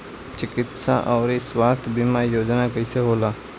चिकित्सा आऊर स्वास्थ्य बीमा योजना कैसे होला?